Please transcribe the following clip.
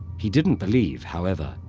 he didn't believe, however,